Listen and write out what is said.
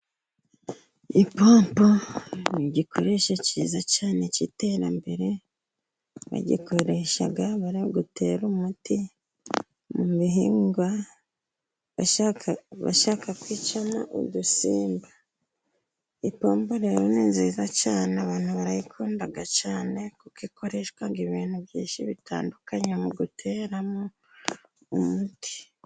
Ipompo ni igikoresho cyiza cyane cy'iterambere, bagikoresha bari gutera umuti mu bihingwa, bashaka kwicamo udusimba, ipombo rero ni nziza cyane abantu barayikunda cyane, kuko ikoreshwa ibintu byinshi bitandukanye mu guteramo umuti.